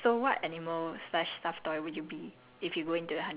all of them are stuffed toys right then tigger is already taken